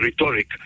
rhetoric